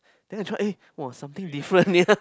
then I try eh !wow! something different yea